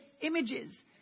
images